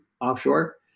offshore